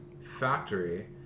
factory